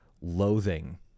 loathing